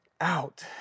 out